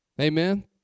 Amen